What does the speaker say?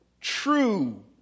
true